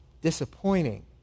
disappointing